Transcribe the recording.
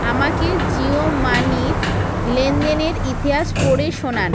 আমাকে জিও মানির লেনদেনের ইতিহাস পড়ে শোনান